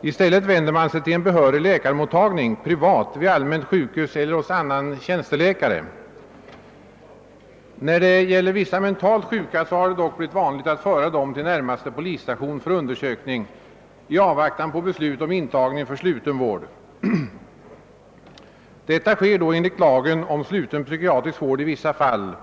I stället vänder man sig till en behörig läkarmottagning, privat, vid allmänt sjukhus eller hos tjänsteläkare. När det gäller vissa mentalt sjuka har det dock blivit vanligt att föra dessa til! närmaste polisstation för undersökning i avvaktan på beslut om intagning för sluten vård. Detta sker då enligt lagen om sluten psykiatrisk vård i vissa fall.